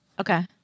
Okay